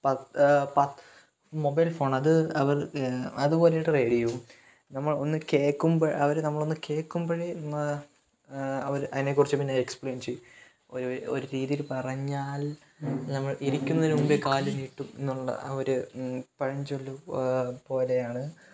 പത് പത് mobile phone അത് അവര് അത് പോലെ ത റേഡിയോയും നമ്മള് ഒന്ന് കേൾക്കുമ്പോൾ അവർ നമ്മൾ ഒന്ന് കേൾക്കുമ്പോഴേ അവർ അതിനെ കുറിച്ച് പിന്നെ എക്സ്പ്ലെയിന് ചെയ്യും ഒരു ഒരു രീതിയില് പറഞ്ഞാല് നമ്മള് ഇരിക്കുന്നതിന് മുമ്പേ കാല് നീട്ടും എന്നുള്ള ആ ഒരു പഴഞ്ചൊല്ല് പോലെയാണ്